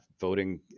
voting